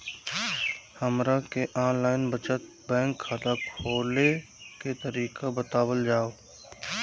हमरा के online बचत बैंक खाता खोले के तरीका बतावल जाव?